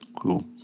Cool